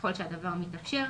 ככל שהדבר מתאפשר.